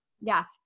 Yes